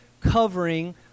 covering